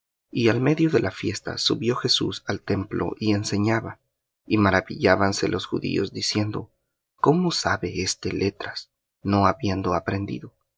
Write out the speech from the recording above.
y al medio de la fiesta subió jesús al templo y enseñaba y maravillábanse los judíos diciendo cómo sabe éste letras no habiendo aprendido